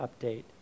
Update